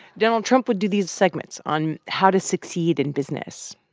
donald trump would do these segments on how to succeed in business.